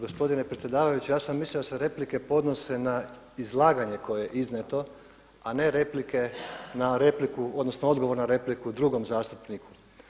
Gospodine predsjedavajući ja sam mislio da se replike podnose na izlaganje koje je iznijeto, a ne replike na repliku odnosno odgovor na repliku drugom zastupniku.